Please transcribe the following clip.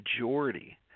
majority